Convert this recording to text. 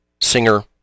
singer